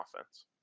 offense